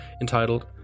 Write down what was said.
entitled